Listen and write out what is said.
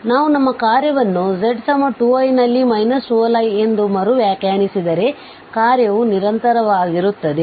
ಆದ್ದರಿಂದ ನಾವು ನಮ್ಮ ಕಾರ್ಯವನ್ನು z 2i ನಲ್ಲಿ 12i ಎಂದು ಮರು ವ್ಯಾಖ್ಯಾನಿಸಿದರೆ ಕಾರ್ಯವು ನಿರಂತರವಾಗಿರುತ್ತದೆ